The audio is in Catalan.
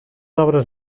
obres